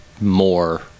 more